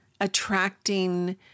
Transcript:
attracting